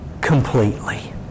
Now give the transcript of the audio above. completely